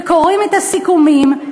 וקוראים את הסיכומים,